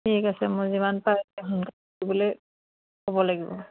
ঠিক আছে মই যিমান পাৰে ক'ব লাগিব